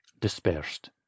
dispersed